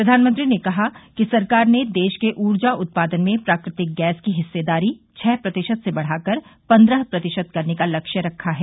प्रधानमंत्री ने कहा कि सरकार ने देश के ऊर्जा उत्पादन में प्राकृतिक गैस की हिस्सेदारी छह प्रतिशत से बढ़ाकर पन्द्रह प्रतिशत करने का लक्ष्य रखा है